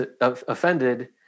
offended